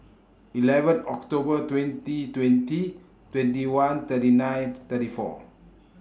eleven October twenty twenty twenty one thirty nine thirty four